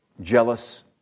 jealous